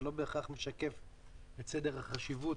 זה לא בהכרח משקף את סדר החשיבות.